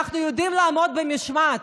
אנחנו יודעים לעמוד במשמעת.